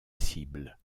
cible